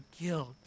guilt